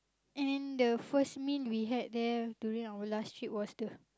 and the first meal we had there during our last trip was the